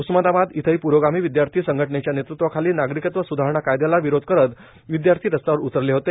उस्मानाबाद इथेही प्रोगामी विद्यार्थी संघटनेच्या नेतृत्वाखाली नागरिकत्व सुधारणा कायद्याला विरोध करत विद्यार्थी रस्त्यावर उतरले होते